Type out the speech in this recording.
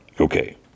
okay